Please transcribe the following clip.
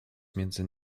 między